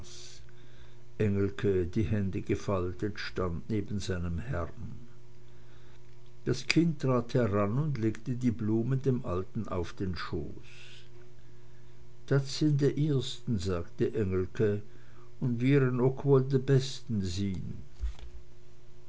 engelke die hände gefaltet stand neben seinem herrn das kind trat heran und legte die blumen dem alten auf den schoß dat sinn de ihrsten sagte engelke un wihren ook woll de besten sinn